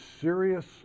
serious